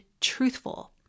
truthful